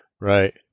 Right